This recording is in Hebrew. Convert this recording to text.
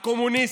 הקומוניסטית.